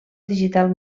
digital